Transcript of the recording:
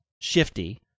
shifty